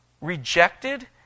rejected